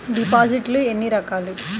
డిపాజిట్లు ఎన్ని రకాలు?